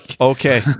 Okay